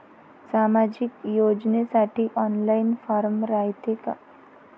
सामाजिक योजनेसाठी online form रायते का?